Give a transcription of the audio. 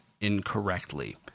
incorrectly